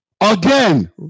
Again